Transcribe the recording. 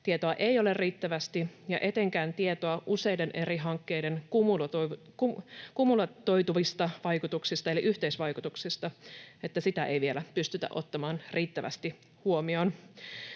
tietoa ei ole riittävästi ja että etenkään tietoa useiden eri hankkeiden kumuloituvista vaikutuksista eli yhteisvaikutuksista ei vielä pystytä ottamaan riittävästi huomioon.